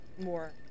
more